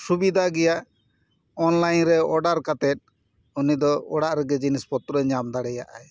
ᱥᱩᱵᱤᱫᱷᱟ ᱜᱮᱭᱟ ᱚᱱᱞᱟᱭᱤᱱ ᱨᱮ ᱚᱰᱟᱨ ᱠᱟᱛᱮᱫ ᱩᱱᱤ ᱫᱚ ᱚᱲᱟᱜ ᱨᱮᱜᱮ ᱡᱤᱱᱤᱥ ᱯᱚᱛᱨᱚᱭ ᱧᱟᱢ ᱫᱟᱲᱮᱭᱟᱜᱼᱟᱭ